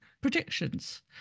predictions